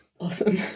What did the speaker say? Awesome